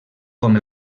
com